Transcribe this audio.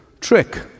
trick